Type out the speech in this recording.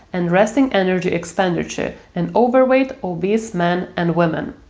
and resting energy expenditure in overweight obese men and women.